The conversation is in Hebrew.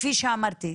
כפי שאמרתי,